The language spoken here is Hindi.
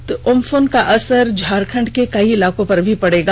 महाचकवात उम्पुन का असर झारखंड के कई इलाकों पर भी पड़ेगा